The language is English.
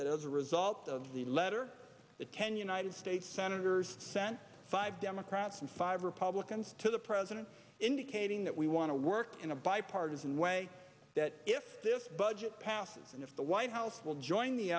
that as a result of the letter that can united states senators sent five democrats and five republicans to the president indicating that we want to work in a bipartisan way that if this budget passes and if the white house will join the